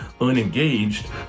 unengaged